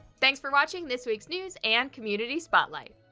thanks for watching this week's news and community spotlight.